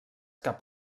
cap